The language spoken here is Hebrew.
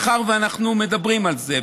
מאחר שאנחנו מדברים על זה,